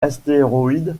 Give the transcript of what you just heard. astéroïde